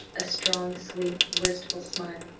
a strong, sweet, wistful smile.